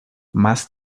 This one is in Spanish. más